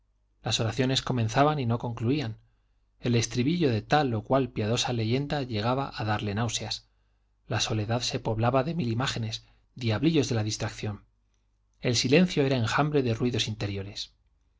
las oraciones comenzaban y no concluían el estribillo de tal o cual piadosa leyenda llegaba a darle náuseas la soledad se poblaba de mil imágenes diablillos de la distracción el silencio era enjambre de ruidos interiores